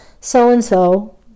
so-and-so